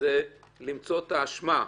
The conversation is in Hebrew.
זה למצוא את האשמה -- יפה.